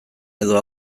edo